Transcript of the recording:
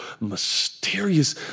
mysterious